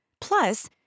Plus